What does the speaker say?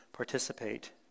Participate